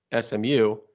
SMU